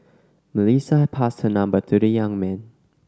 Melissa passed her number to the young man